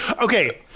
Okay